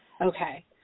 Okay